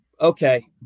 okay